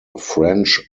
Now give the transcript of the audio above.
french